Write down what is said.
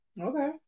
Okay